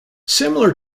similar